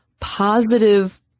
positive